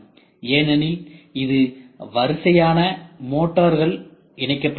ஏனெனில் இது வரிசையான மோட்டார்கள் இணைக்கப்பட்டுள்ளது